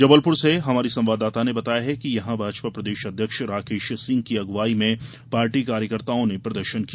जबलपुर से हमारी संवाददाता ने बताया है कि यहां भाजपा प्रदेश अध्यक्ष राकेश सिंह की अग्वाई में पार्टी कार्यकर्ताओं ने प्रदर्शन किया